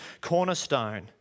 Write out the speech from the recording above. cornerstone